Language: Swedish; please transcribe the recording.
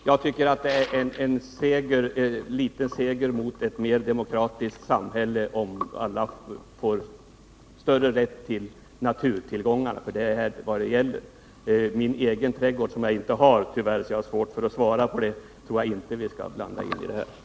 Herr talman! Jag tycker att det är en seger, ett litet steg mot ett mer demokratiskt samhälle, om alla får större rätt till naturtillgångarna, för det är vad det gäller. Tyvärr har jag ingen trädgård, så jag har litet svårt att svara på frågan. Men om jag hade någon, så tror jag inte att vi skall blanda in den i det här ärendet.